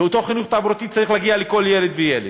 ואותו חינוך תעבורתי צריך להגיע לכל ילד וילד.